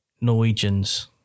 Norwegians